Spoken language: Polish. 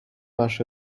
masz